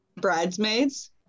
Bridesmaids